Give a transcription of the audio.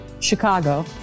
Chicago